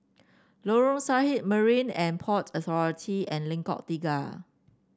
Lorong Sarhad Marine And Port Authority and Lengkok Tiga